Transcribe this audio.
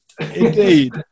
Indeed